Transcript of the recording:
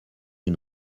une